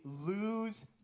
lose